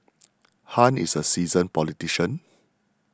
Han is a seasoned politician